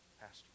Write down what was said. Pastor